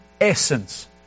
essence